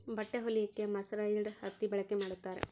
ಬಟ್ಟೆ ಹೊಲಿಯಕ್ಕೆ ಮರ್ಸರೈಸ್ಡ್ ಹತ್ತಿ ಬಳಕೆ ಮಾಡುತ್ತಾರೆ